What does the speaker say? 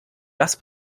das